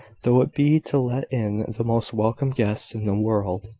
though it be to let in the most welcome guests in the world.